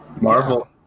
marvel